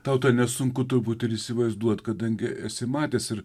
tau nesunku turbūt ir įsivaizduot kadangi esi matęs ir